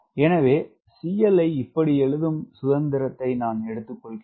எனவே CLஐ இப்படி எழுதும் சுதந்திரத்தை நான் எடுத்து கொள்கிறேன்